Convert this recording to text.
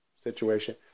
situation